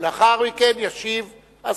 לאחר מכן ישיב השר.